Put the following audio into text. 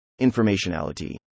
Informationality